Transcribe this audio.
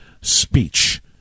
speech